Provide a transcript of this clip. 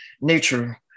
nature